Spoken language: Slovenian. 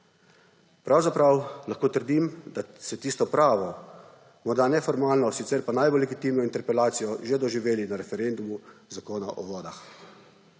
Pravzaprav lahko trdim, da se tisto pravo, morda neformalno, sicer pa najbolj legitimno interpelacijo že doživeli na referendumu Zakona o vodah.